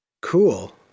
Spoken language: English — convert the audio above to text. Cool